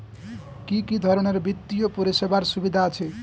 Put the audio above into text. কি কি ধরনের বিত্তীয় পরিষেবার সুবিধা আছে?